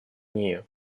нею